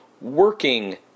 working